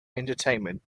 entertainment